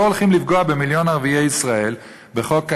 פה הולכים לפגוע במיליון ערביי ישראל בחוק המע"מ,